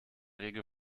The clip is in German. regel